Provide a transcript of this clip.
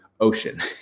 ocean